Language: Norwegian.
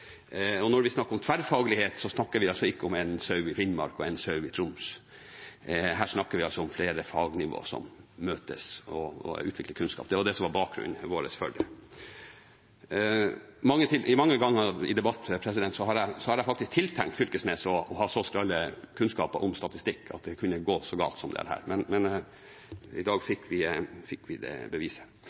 Og når vi snakker om tverrfaglighet, snakker vi altså ikke om en sau i Finnmark og en sau i Troms. Her snakker vi om flere fagnivå som møtes og utvikler kunnskap. Det var det som var vår bakgrunn for det. Mange ganger i debatter har jeg faktisk tiltenkt Knag Fylkesnes å ha så skrale kunnskaper om statistikk at det kunne gå så galt som dette, men i dag fikk vi beviset. Når det